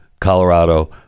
Colorado